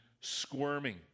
squirming